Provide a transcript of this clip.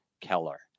Keller